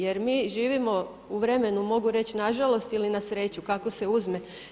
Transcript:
Jer mi živimo u vremenu mogu reći na žalost ili na sreću kako se uzme.